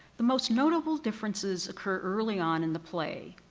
the most notable differences occur early on in the play.